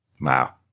Wow